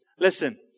Listen